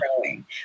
growing